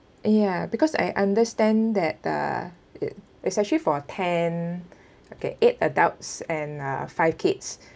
ya because I understand that uh it it's actually for ten okay eight adults and uh five kids